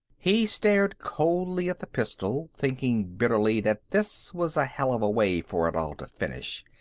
he stared coldly at the pistol, thinking bitterly that this was a hell of a way for it all to finish.